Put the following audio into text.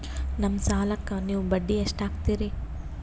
ನಮ್ಮ ಸಾಲಕ್ಕ ನೀವು ಬಡ್ಡಿ ಎಷ್ಟು ಹಾಕ್ತಿರಿ?